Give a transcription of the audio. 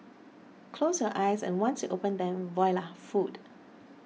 close your eyes and once you open them voila food